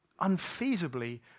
unfeasibly